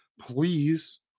please